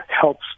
helps